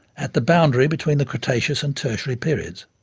at the boundary between the cretaceous and tertiary periods.